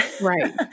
Right